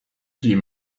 few